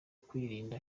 kwirinda